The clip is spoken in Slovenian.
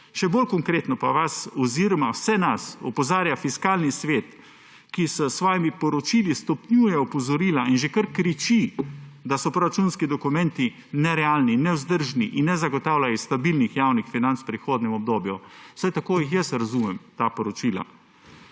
Še bolj konkretno pa vas oziroma vse nas opozarja Fiskalni svet, ki s svojimi poročili stopnjuje opozorila in že kar kriči, da so proračunski dokumenti nerealni, nevzdržni in ne zagotavljajo stabilnih javnih financ v prihodnjem obdobju, vsaj tako jaz razumem ta poročila.